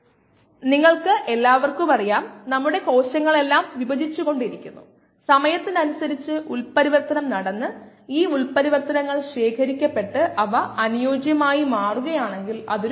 1 എന്നത് ശതമാനമാണ് നമ്മൾ അതിനെ ഭിന്നസംഖ്യയായി പരിവർത്തനം ചെയ്യുകയാണെങ്കിൽ ഇത് 0